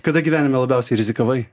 kada gyvenime labiausiai rizikavai